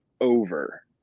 over